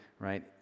right